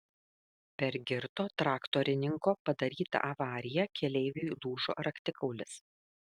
per girto traktorininko padarytą avariją keleiviui lūžo raktikaulis